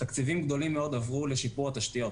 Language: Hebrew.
תקציבים גדולים מאוד עברו לשיפור התשתיות,